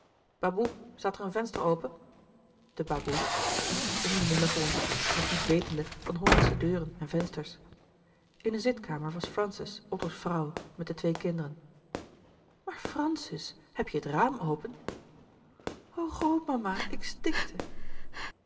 baboe staat er een venster open de baboe liep onbenullig rond nog niet wetende van hollandsche deuren en vensters in een zitkamer was francis otto's vrouw met de twee kinderen maar francis heb je het raam open o grootmama ik stikte